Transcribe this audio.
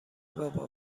بابا